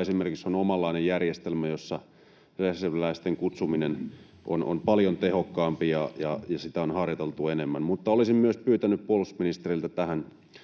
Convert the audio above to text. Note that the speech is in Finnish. Esimerkiksi Suomella on omanlainen järjestelmänsä, jossa reserviläisten kutsuminen on paljon tehokkaampaa ja jota on harjoiteltu enemmän. Mutta olisin myös pyytänyt puolustusministeriltä tästä